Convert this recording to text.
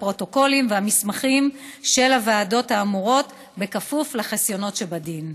הפרוטוקולים והמסמכים של הוועדות האמורות בכפוף לחסיונות שבדין.